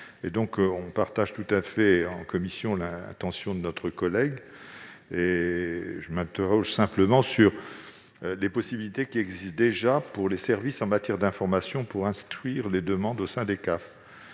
partage tout à fait l'intention exprimée par notre collègue. Elle s'interroge cependant sur les possibilités qui existent déjà pour les services en matière d'information pour instruire les demandes au sein des CAF.